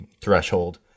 threshold